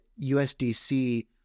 USDC